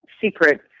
secret